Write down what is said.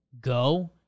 go